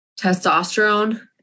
Testosterone